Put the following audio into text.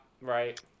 right